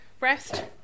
rest